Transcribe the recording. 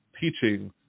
teaching